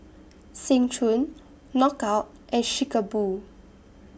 Seng Choon Knockout and Chic A Boo